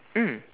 mm